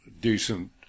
decent